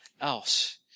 else